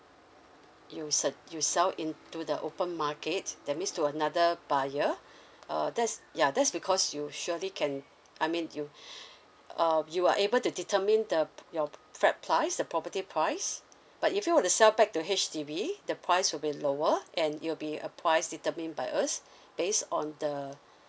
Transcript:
you su~ you sell into the open market that means to another buyer uh that's ya that's because you surely can I mean you um you are able to determine the p~ your p~ flat price the property price but if you were to sell back to H_D_B the price will be lower and it'll be a price determined by us based on the